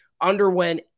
underwent